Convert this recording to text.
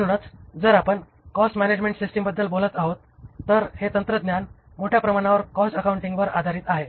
म्हणूनच जर आपण कॉस्ट मॅनॅजमेण्ट सिस्टिमबद्दल बोलत आहोत तर हे तंत्रज्ञान मोठ्या प्रमाणावर कॉस्ट अकाउंटिंगवर आधारित आहे